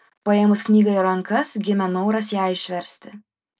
paėmus knygą į rankas gimė noras ją išversti